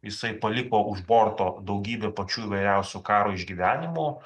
jisai paliko už borto daugybę pačių įvairiausių karo išgyvenimų